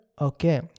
okay